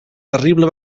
terrible